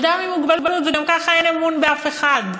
הוא אדם עם מוגבלות, וגם ככה אין אמון באף אחד,